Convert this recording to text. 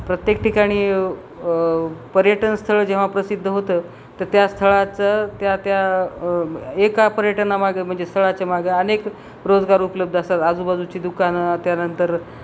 प्रत्येक ठिकाणी पर्यटनस्थळ जेव्हा प्रसिद्ध होतं तर त्या स्थळाचं त्या त्या एका पर्यटनामागे म्हणजे स्थळाच्या मागं अनेक रोजगार उपलब्ध असतात आजूबाजूची दुकानं त्यानंतर